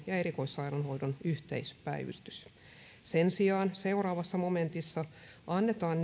ja erikoissairaanhoidon yhteispäivystys sen sijaan seuraavassa momentissa annetaan